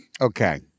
Okay